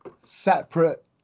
separate